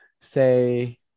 say